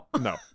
No